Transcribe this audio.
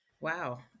Wow